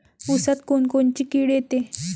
ऊसात कोनकोनची किड येते?